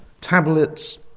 tablets